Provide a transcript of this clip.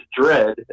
dread